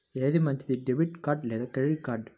ఏది మంచిది, debit card లేదా క్రెడిట్ కార్డ్?